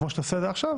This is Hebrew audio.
כמו שאתה עושה עכשיו,